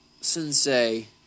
sensei